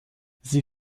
sie